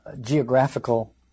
geographical